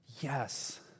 yes